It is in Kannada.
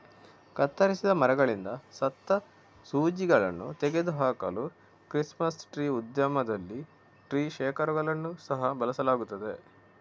ಕತ್ತರಿಸಿದ ಮರಗಳಿಂದ ಸತ್ತ ಸೂಜಿಗಳನ್ನು ತೆಗೆದು ಹಾಕಲು ಕ್ರಿಸ್ಮಸ್ ಟ್ರೀ ಉದ್ಯಮದಲ್ಲಿ ಟ್ರೀ ಶೇಕರುಗಳನ್ನು ಸಹ ಬಳಸಲಾಗುತ್ತದೆ